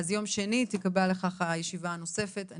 יום שני תיקבע לכך הישיבה הנוספת.